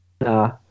nah